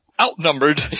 Outnumbered